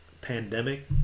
pandemic